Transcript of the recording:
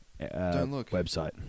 website